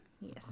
Yes